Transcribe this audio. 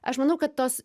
aš manau kad tos